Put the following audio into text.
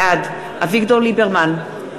בעד אביגדור ליברמן,